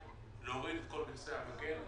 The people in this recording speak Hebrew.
להוריד את כל מכסי המגן,